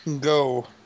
go